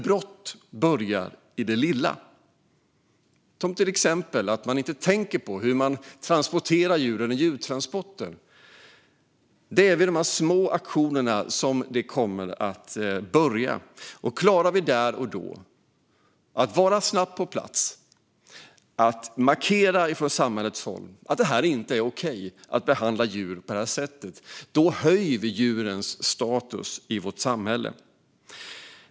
Brott börjar alltid i det lilla, till exempel genom att man inte tänker på hur man transporterar djur i djurtransporter. Det är vid de små aktionerna som det kommer att börja. Klarar vi där och då att vara snabbt på plats och från samhället markera att det inte är okej att behandla djur på detta sätt höjer vi djurens status i vårt samhälle.